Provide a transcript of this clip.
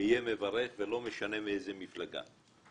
אהיה מברך ולא משנה מאיזה מפלגה.